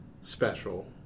special